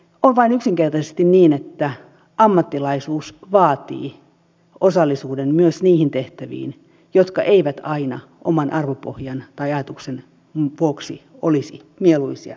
on vain yksinkertaisesti niin että ammattilaisuus vaatii osallisuuden myös niihin tehtäviin jotka eivät aina oman arvopohjan tai ajatuksen vuoksi olisi mieluisia tai mahdollisia